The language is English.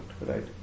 right